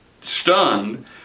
Stunned